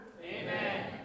Amen